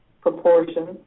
proportion